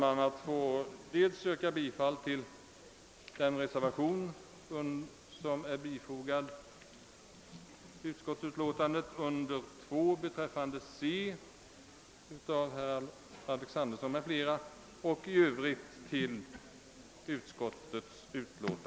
Jag ber att få yrka bifall till reservation II av herr Alexanderson m.fl., som är fogad till utskottets hemställan under C, och i Öövrigt till utskottets hemställan.